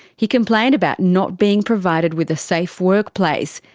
he complained about not being provided with a safe workplace,